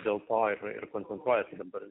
dėl to ir ir koncentruojasi dabar